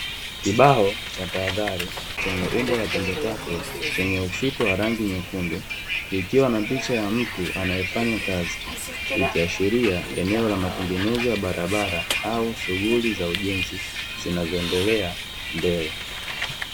Kibao cha tahadhari chenye umbo la pembe tatu, chenye ufito wa rangi nyekundu, ikiwa na picha ya mtu anayefanya kazi, ikiashiria eneo la matengenezo ya barabara au shughuli za ujenzi zinazoendelea mbele.